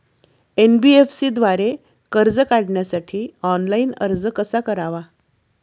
NBFC द्वारे कर्ज काढण्यासाठी ऑनलाइन अर्ज कसा करावा?